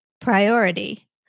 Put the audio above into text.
priority